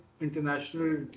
international